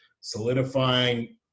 solidifying